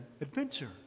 adventure